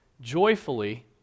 joyfully